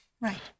Right